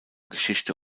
geschichte